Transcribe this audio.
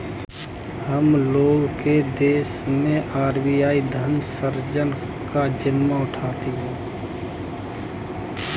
हम लोग के देश मैं आर.बी.आई धन सृजन का जिम्मा उठाती है